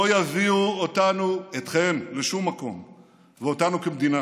לא יביאו אתכם ואותנו כמדינה